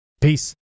Peace